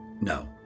No